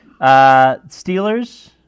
Steelers